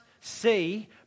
see